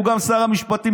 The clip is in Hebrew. הוא גם שר המשפטים,